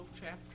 Chapter